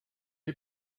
est